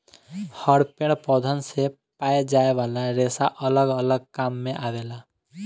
हर पेड़ पौधन से पाए जाये वाला रेसा अलग अलग काम मे आवेला